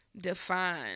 define